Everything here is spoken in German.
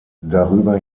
darüber